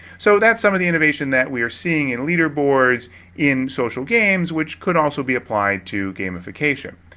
so that's some of the innovation that we're seeing in leaderboards in social games which could also be applied to gamification.